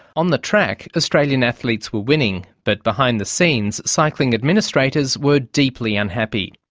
on the track, australian athletes were winning. but behind the scenes, cycling administrators were deeply unhappy.